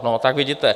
No tak vidíte.